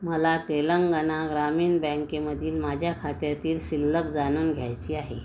मला तेलंगणा ग्रामीण बँकेमधील माझ्या खात्यातील शिल्लक जाणून घ्यायची आहे